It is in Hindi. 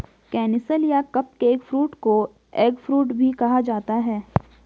केनिसल या कपकेक फ्रूट को एगफ्रूट भी कहा जाता है